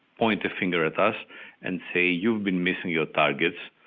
point the finger at us and say, you've been missing your targets,